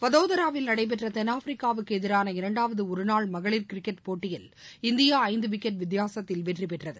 வதோதராவில் நடைபெற்ற தென்னாப்பிரிக்காகவுக்கு எதிரான இரண்டாவது ஒருநாள் மகளிர் கிரிக்கெட் போட்டியில் இந்தியா ஐந்து விக்கெட் வித்தியாசத்தில் வெற்றி பெற்றது